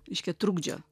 reiškia trukdžio